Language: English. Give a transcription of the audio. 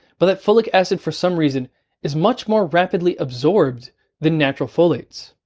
but that folic acid for some reason is much more rapidly absorbed than natural folates.